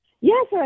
Yes